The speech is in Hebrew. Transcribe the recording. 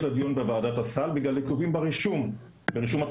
לדיון בוועדת הסל בגלל עיכובים ברישום התרופות.